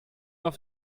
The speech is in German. auf